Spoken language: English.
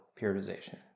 periodization